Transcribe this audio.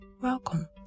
Welcome